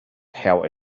tell